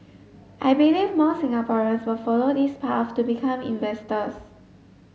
I believe more Singaporeans will follow this path to become inventors